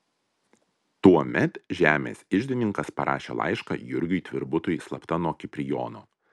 tuomet žemės iždininkas parašė laišką jurgiui tvirbutui slapta nuo kiprijono